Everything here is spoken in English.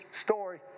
story